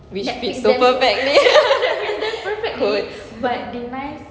which suits them perfectly